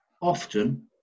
often